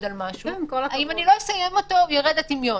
על משהו שאם הם לא יסיימו אותו הוא ירד לטמיון.